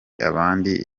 abandi